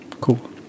Cool